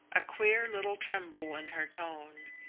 a queer little tremble in her tone.